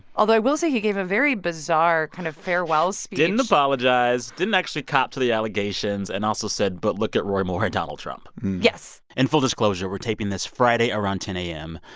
although, i will say, he gave a very bizarre kind of farewell speech didn't apologize, didn't actually cop to the allegations and also said, but look at roy moore and donald trump yes and full disclosure we're taping this friday around ten a m.